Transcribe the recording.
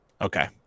Okay